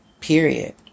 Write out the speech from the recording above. Period